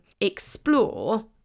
explore